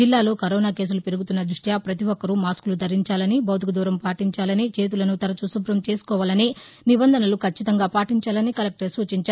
జిల్లాలో కరోనా కేసులు పెరుగుతున్న దృష్ట్యా ప్రతి ఒక్కరూ మాస్కులు ధరించాలని భౌతిక దూరం పాటించాలని చేతులసు తరచూ శుభ్రం చేసుకోవాలని నిబంధనలు ఖచ్చితంగా పాటించాలని కలెక్టర్ సూచించారు